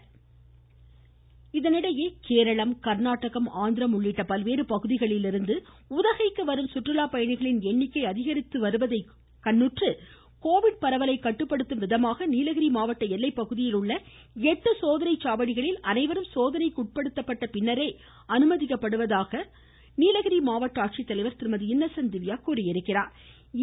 Udhagai Covid Kerala Karnataka Andhra உள்ளிட்ட பல்வேறு பகுதிகளிலிருந்து உதகைக்கு வரும் சுற்றுலா பயணிகளின் எண்ணிக்கை அதிகரித்து வருவதை அடுத்து கோவிட் பரவலை கட்டுப்படுத்தும் விதமாக நீலகிரி மாவட்ட எல்லைப்பகுதியில் உள்ள எட்டு சோதனை சாவடிகளில் அனைவரும் சோதனைக்கு உட்படுத்தப்பட்ட பின்னரே அனுமதிக்கப்படுவதாக மாவட்ட ஆட்சித்தலைவர் திருமதி இன்னசென்ட் திவ்யா தெரிவித்துள்ளார்